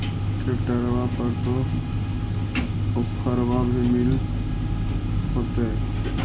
ट्रैक्टरबा पर तो ओफ्फरबा भी मिल होतै?